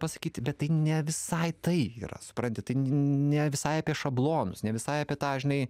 pasakyti bet tai ne visai tai yra supranti tai ne visai apie šablonus ne visai apie tą žinai